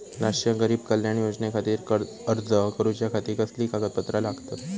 राष्ट्रीय गरीब कल्याण योजनेखातीर अर्ज करूच्या खाती कसली कागदपत्रा लागतत?